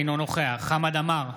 אינו נוכח חמד עמאר,